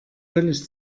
völlig